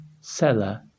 Seller